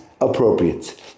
appropriate